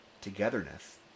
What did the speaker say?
togetherness